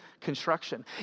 construction